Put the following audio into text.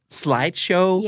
slideshow